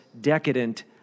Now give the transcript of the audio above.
decadent